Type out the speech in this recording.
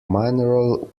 mineral